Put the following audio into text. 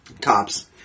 Tops